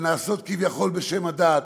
שנעשות כביכול בשם הדת,